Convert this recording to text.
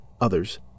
others